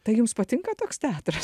tai jums patinka toks teatras